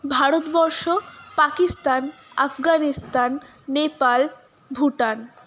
Bharatvarsha Pakistan Afghanistan Nepal Bhutan